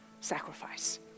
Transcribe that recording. sacrifice